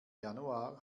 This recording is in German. januar